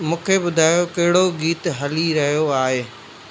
मूंखे ॿुधायो कहिड़ो गीत हली रहियो आहे